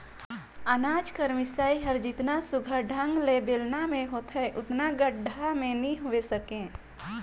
अनाज कर मिसई हर जेतना सुग्घर ढंग ले बेलना मे होथे ओतना गाड़ा मे नी होए सके